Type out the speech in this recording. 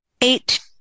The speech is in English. Eight